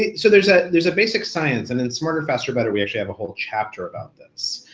yeah so there's ah there's a basic science, and in smarter faster better we actually have a whole chapter about this,